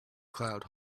cloud